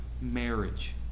marriage